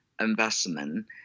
Investment